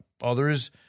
others